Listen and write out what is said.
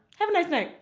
have a nice night.